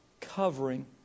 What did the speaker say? covering